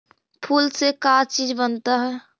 फूल से का चीज बनता है?